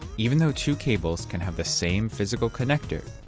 even though two cables can have the same physical connector,